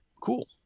cool